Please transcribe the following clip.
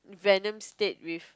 Venom stayed with